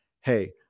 Hey